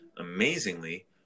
Amazingly